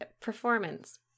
performance